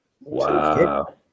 wow